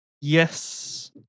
yes